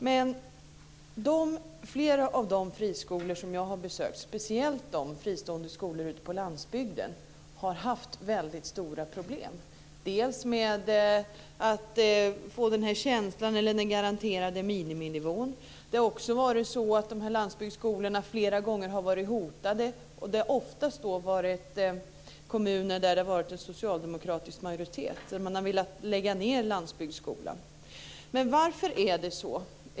Men flera av de friskolor som jag har besökt, speciellt de fristående skolorna ute på landsbygden, har haft väldigt stora problem bl.a. med att få den garanterade miniminivån. Dessa landsbygdsskolor har också flera gånger varit hotade, och det har ofta handlat om kommuner där det har funnits en socialdemokratisk majoritet, och där man har velat lägga ned landsbygdsskolan. Men varför är det så?